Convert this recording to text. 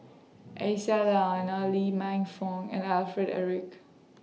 Aisyah Lyana Lee Man Fong and Alfred Eric